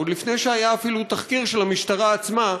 עוד לפני שהיה אפילו תחקיר של המשטרה עצמה,